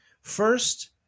First